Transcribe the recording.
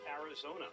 Arizona